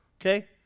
Okay